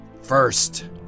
first